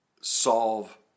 solve